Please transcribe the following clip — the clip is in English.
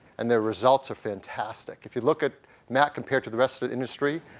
and their results are fantastic. if you look at mac compared to the rest of the industry,